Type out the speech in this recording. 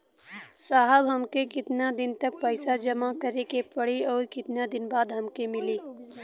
साहब हमके कितना दिन तक पैसा जमा करे के पड़ी और कितना दिन बाद हमके मिली?